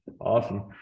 awesome